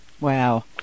Wow